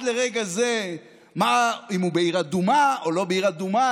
לרגע זה אם הוא בעיר אדומה או לא בעיר אדומה,